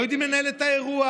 לא יודעים לנהל את האירוע.